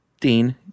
Dean